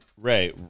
Ray